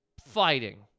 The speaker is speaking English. fighting